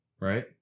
right